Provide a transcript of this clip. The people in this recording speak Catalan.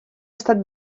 estat